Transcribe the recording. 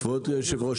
כבוד היושב-ראש,